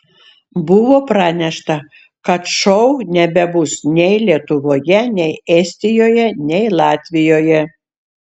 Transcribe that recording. buvo pranešta kad šou nebebus nei lietuvoje nei estijoje nei latvijoje